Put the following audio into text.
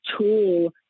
tool